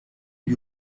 lui